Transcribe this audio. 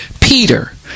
Peter